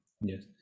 Yes